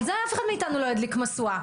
על זה אף אחד מאיתנו לא ידליק משואה.